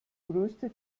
größte